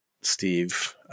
Steve